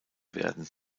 werden